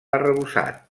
arrebossat